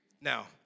Now